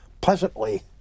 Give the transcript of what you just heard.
pleasantly